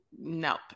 nope